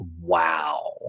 wow